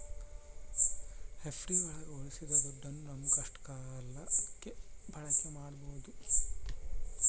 FD ಒಳಗ ಉಳ್ಸಿದ ದುಡ್ಡನ್ನ ನಮ್ ಕಷ್ಟ ಕಾಲಕ್ಕೆ ಬಳಕೆ ಮಾಡ್ಬೋದು